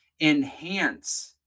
enhance